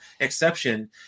exception